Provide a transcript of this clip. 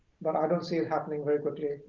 but i don't see it happening very quickly,